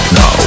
no